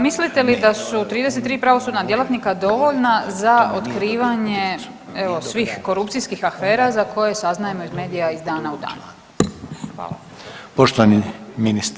Mislite li da su 33 pravosudna djelatnika dovoljna za otkrivanje evo, svih korupcijskih afera za koje saznajemo iz medija iz dana u dan?